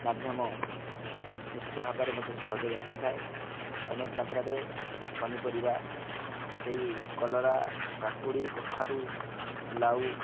ମାଧ୍ୟମ ନିଶ୍ଚିତ ଭାବରେ ମତେ ସହଯୋଗ ରଖିଥାଏ ଅନେକ ମାତ୍ରାରେ ପନିପରିବା ସେଇ କଲରା କାକୁଡ଼ି କଖାରୁ ଲାଉ